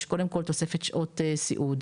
קודם כל, יש תוספת שעות סיעוד.